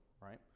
Right